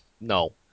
No